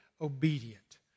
obedient